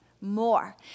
More